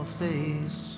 face